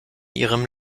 ihrem